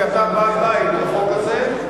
כי אתה בעל-בית בחוק הזה,